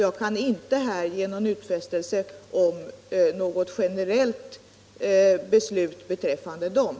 Jag kan här inte ge utfästelse om något generellt beslut för dem.